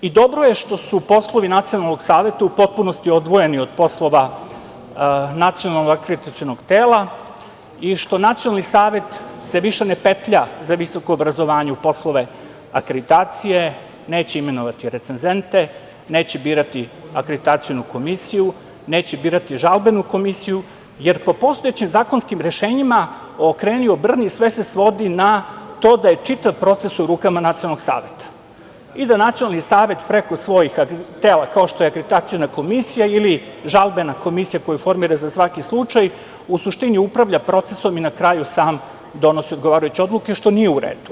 I dobro je što su poslovi Nacionalnog saveta u potpunosti odvojeni od poslova Nacionalnog akreditacionog tela i što se Nacionalni savet više ne petlja za visoko obrazovanje u poslove akreditacije, neće imenovati recenzente, neće birati akreditacionu komisiju, neće birati žalbenu komisiju, jer po postojećim zakonskim rešenjima, okreni-obrni, sve se svodi na to da je čitav proces u rukama Nacionalnog saveta i da Nacionalni savet preko svojih tela, kao što je akreditaciona komisija ili žalbena komisija koju formira za svaki slučaj, u suštini upravlja procesom i na kraju sam donosi odgovarajuće odluke, što nije u redu.